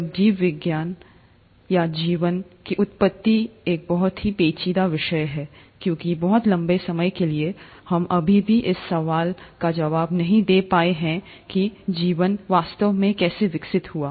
अब जीवन या जीवन की उत्पत्ति एक बहुत ही पेचीदा विषय है क्योंकि बहुत लंबे समय के लिए हम अभी भी इस सवाल का जवाब नहीं दे पाए हैं कि जीवन वास्तव में कैसे विकसित हुआ